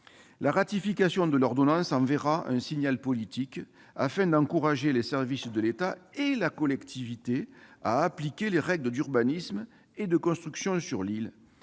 La ratification de l'ordonnance enverra un signal politique qui aura pour effet d'encourager les services de l'État et la collectivité à faire appliquer les règles d'urbanisme et de construction sur l'île.